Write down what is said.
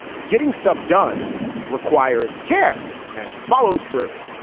getting stuff done requires care and follow through,